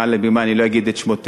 מעל לבימה אני לא אגיד את שמותיהן,